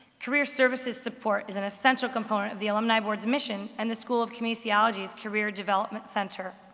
career services support is an essential component of the alumni board's mission, and the school of kinesiology's career development center.